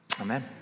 Amen